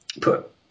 put